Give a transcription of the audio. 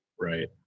right